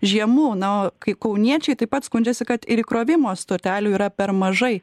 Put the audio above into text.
žiemų na o kai kauniečiai taip pat skundžiasi kad ir įkrovimo stotelių yra per mažai